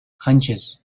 hunches